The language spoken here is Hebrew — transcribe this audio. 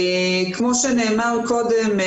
כמו שנאמר קודם,